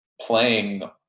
playing